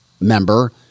member